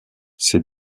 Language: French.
ces